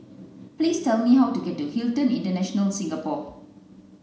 please tell me how to get to Hilton International Singapore